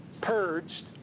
purged